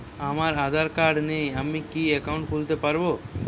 আমার আধার কার্ড নেই আমি কি একাউন্ট খুলতে পারব?